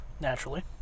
Naturally